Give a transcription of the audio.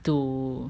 to